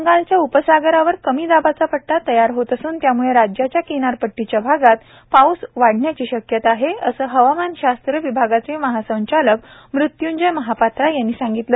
बंगालच्या उपसागरावर कमी दाबाचा पट्टा तयार होत असून त्यामुळे राज्याच्या किनारपट्टीच्या भागात पाऊस वाढण्याची शक्यता आहे असं हवामानशास्त्र विभागाचे महासंचालक मृत्यंजय महापात्रा यांनी सांगितलं